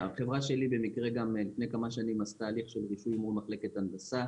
החברה שלי במקרה גם לפני כמה שנים עשתה הליך של רישוי מול מחלקת הנדסה.